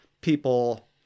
people